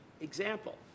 example